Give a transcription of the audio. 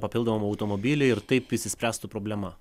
papildomą automobilį ir taip išsispręstų problema